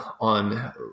on